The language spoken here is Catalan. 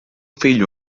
fill